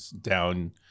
down